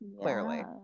clearly